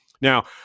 Now